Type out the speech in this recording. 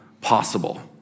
possible